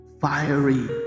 fiery